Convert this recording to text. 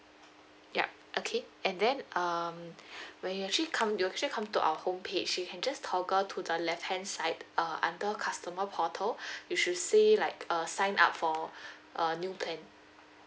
yup okay and then um when you actually come you'll actually come to our homepage you can just toggle to the left hand side uh under customer portal you should see like uh sign up for a new plan